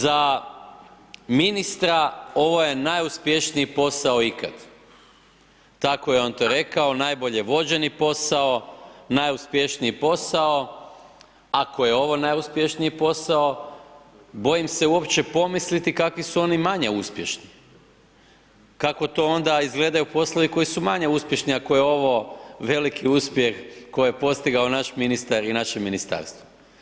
Za ministra ovo je najuspješniji posao ikad, tako je on to rekao, najbolje vođeni posao, najuspješniji posao, ako je ovo najuspješniji posao, bojim se uopće pomisliti kakvi su oni manje uspješni, kako to onda izgledaju poslovi koji su manje uspješni ako je ovo veliki uspjeh koji je postigao naš ministar i naše ministarstvo.